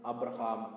Abraham